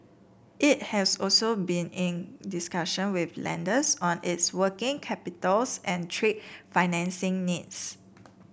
it has also been in discussion with lenders on its working capitals and trade financing needs